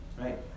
Right